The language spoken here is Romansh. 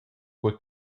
quei